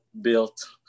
built